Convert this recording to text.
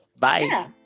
bye